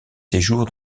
séjours